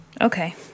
okay